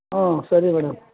ಹಾಂ ಸರಿ ಮೇಡಮ್